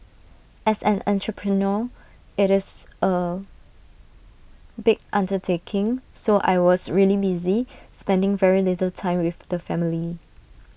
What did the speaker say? as an entrepreneur IT is A big undertaking so I was really busy spending very little time with the family